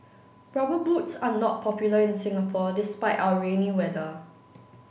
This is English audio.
rubber boots are not popular in Singapore despite our rainy weather